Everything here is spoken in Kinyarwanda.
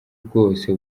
bwose